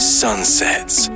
sunsets